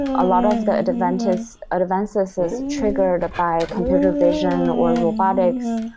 a lot of the advances advances is triggered by computer vision, or robotics,